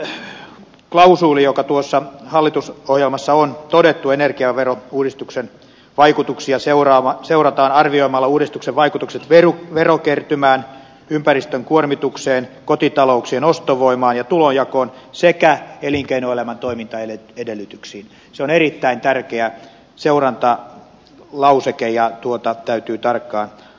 tuo seurantaklausuuli joka tuossa hallitusohjelmassa on todettu että energiaverouudistuksen vaikutuksia seurataan arvioimalla uudistuksen vaikutukset verokertymään ympäristön kuormitukseen kotitalouksien ostovoimaan ja tulonjakoon sekä elinkeinoelämän toimintaedellytyksiin on erittäin tärkeä seurantalauseke ja tuota täytyy tarkkaan arvioida